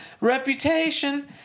reputation